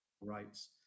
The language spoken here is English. rights